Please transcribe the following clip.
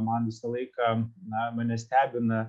man visą laiką na mane stebina